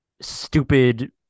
stupid